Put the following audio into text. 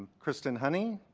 kristen honey.